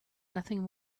nothing